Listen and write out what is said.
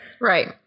Right